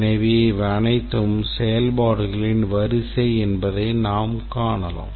எனவே இவை அனைத்தும் செயல்பாடுகளின் வரிசை என்பதை நாம் காணலாம்